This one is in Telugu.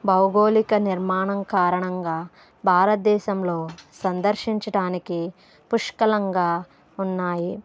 భౌగోళిక నిర్మాణం కారణంగా భారతదేశంలో సందర్శించడానికి పుష్కలంగా ఉన్నాయి